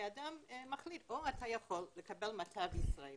ואדם מחליף או אתה יכול לקבל מטב ישראלי,